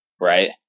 right